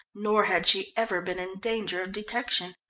nor had she ever been in danger of detection.